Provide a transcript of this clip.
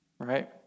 right